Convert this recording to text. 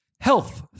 Health